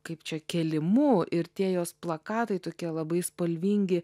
kaip čia kėlimu ir tie jos plakatai tokie labai spalvingi